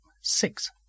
Six